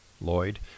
Lloyd